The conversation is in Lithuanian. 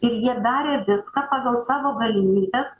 ir darė viską pagal savo galimybes